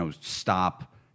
stop